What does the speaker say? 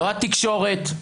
לא התקשורת.